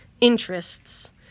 interests